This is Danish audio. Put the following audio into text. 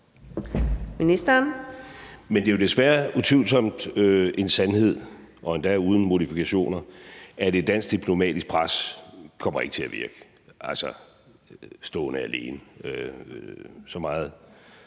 Rasmussen): Men det er jo desværre utvivlsomt en sandhed, endda uden modifikationer, at et dansk diplomatisk pres ikke kommer til at virke, hvis det står alene. Så meget